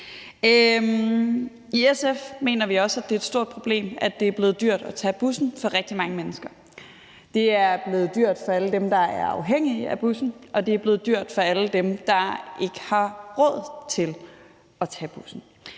I SF mener vi også, at det er et stort problem for rigtig mange mennesker, at det er blevet dyrt at tage bussen. Det er blevet dyrt for alle dem, som er afhængige af bussen, og det er blevet dyrt for alle dem, der ikke har råd til at tage bussen.